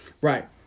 Right